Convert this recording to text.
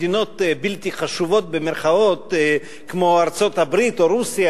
מדינות "בלתי חשובות" כמו ארצות-הברית או רוסיה,